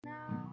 Now